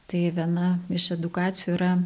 tai viena iš edukacijų yra